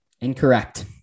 Incorrect